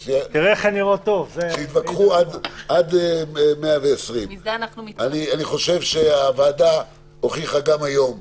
שיתווכחו עד 120. אני חושב שהוועדה הוכיחה גם היום,